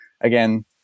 again